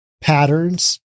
patterns